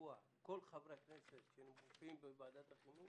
קבוע כל חברי הכנסת הנוכחים בוועדת החינוך